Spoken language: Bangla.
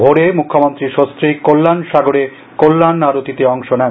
ভোরে মুখ্যমন্ত্রী সঙ্গীক কল্যাণ সাগরে কল্যাণ আবতিতে অংশ নেন